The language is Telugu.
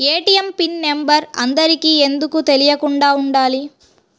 ఏ.టీ.ఎం పిన్ నెంబర్ అందరికి ఎందుకు తెలియకుండా ఉండాలి?